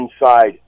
inside